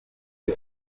der